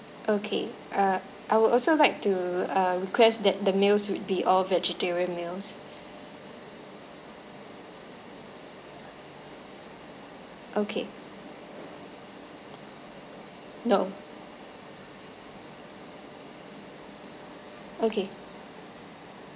okay uh I would also like to uh request that the meals would be all vegetarian meals okay nope okay